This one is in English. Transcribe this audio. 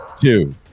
two